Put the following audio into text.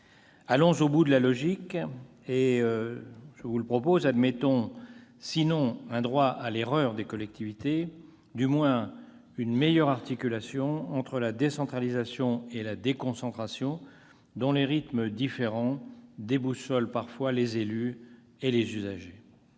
Allons au bout de la logique, et je vous le propose, admettons, sinon un droit à l'erreur des collectivités, du moins une meilleure articulation entre la décentralisation et la déconcentration dont les rythmes différents déboussolent parfois les élus et les usagers.